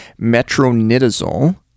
metronidazole